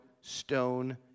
stone